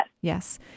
Yes